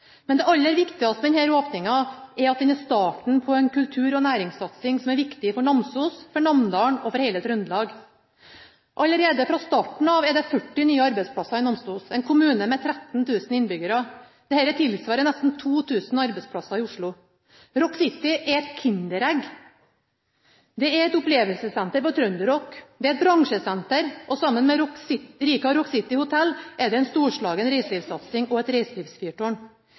Men det aller viktigste med denne åpninga er at den var starten på en kultur- og næringssatsing som er viktig for Namsos, for Namdalen og for hele Trøndelag. Allerede fra starten av er det 40 nye arbeidsplasser i Namsos, en kommune med 13 000 innbyggere. Dette tilsvarer nesten 2 000 arbeidsplasser i Oslo. Rock City er et kinderegg. Det er et opplevelsessenter for trønderrock, det er et bransjesenter, og sammen med Rica Rock City Hotel er det en storslagen reiselivssatsing og et reiselivsfyrtårn.